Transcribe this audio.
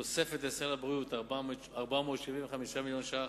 תוספת לסל הבריאות, 475 מיליון ש"ח.